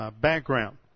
background